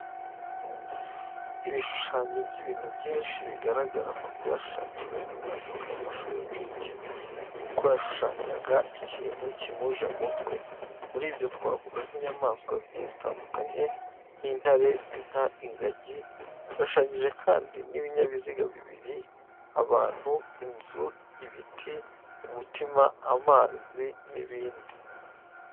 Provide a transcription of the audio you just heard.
Ibishushanyo by'ibintu byinshi bigaragara ko byashushanyijwe n'umwana wiga mu mashuri y'incuke kuko yashushanyaga ikintu kimuje mu mutwe. Muri ibyo twavuga nk'inyamaswa zigiye zitandukanye nk'intare, inka n'ingagi. Yashushanyije kandi ibinyabiziga bibiri, abantu, inzu, Ibiti, umutima, amazi n'ibindi.